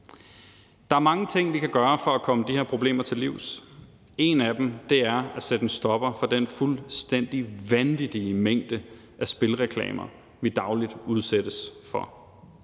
Der er mange ting, vi kan gøre for at komme de her problemer til livs. En af dem er at sætte en stopper for den fuldstændig vanvittige mængde af spilreklamer, vi dagligt udsættes for.